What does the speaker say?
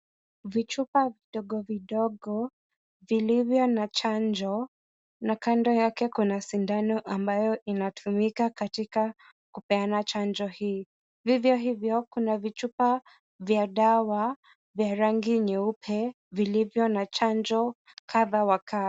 Vichupa vidogovidogo vilivyo na chanjo na kando yake kuna sindano ambayo inatumika katika kupeana chanjo hii. Vivyo hivyo kuna vichup vya dawa vya rangi nyeupe vilivyo na chanjo kadha wa kadha.